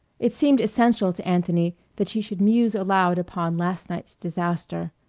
it seemed essential to anthony that she should muse aloud upon last night's disaster.